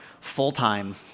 full-time